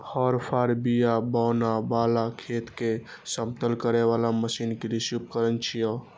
हर, फाड़, बिया बुनै बला, खेत कें समतल करै बला मशीन कृषि उपकरण छियै